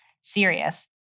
serious